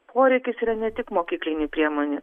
poreikis yra ne tik mokyklinių priemonių